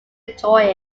enjoy